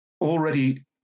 already